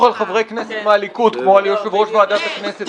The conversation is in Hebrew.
על חברי כנסת מהליכוד כמו על יושב-ראש ועדת הכנסת,